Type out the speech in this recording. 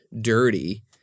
dirty